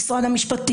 ממש לא נכון.